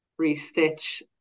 restitch